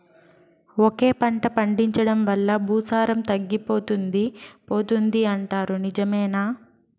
ఒకే పంట పండించడం వల్ల భూసారం తగ్గిపోతుంది పోతుంది అంటారు నిజమేనా